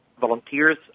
volunteers